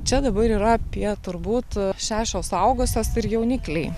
čia dabar yra apie turbūt šešios suaugusios ir jaunikliai